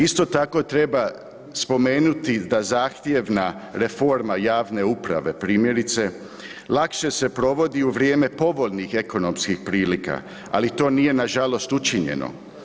Isto tako treba spomenuti da zahtjevna reforma javne uprave primjerice, lakše se provodi u vrijeme povoljnih ekonomskih prilika, ali to nije nažalost učinjeno.